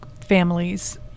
families